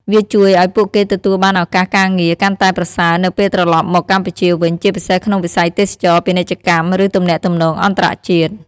វាជួយឱ្យពួកគេទទួលបានឱកាសការងារកាន់តែប្រសើរនៅពេលត្រឡប់មកកម្ពុជាវិញ ជាពិសេសក្នុងវិស័យទេសចរណ៍ ពាណិជ្ជកម្ម ឬទំនាក់ទំនងអន្តរជាតិ។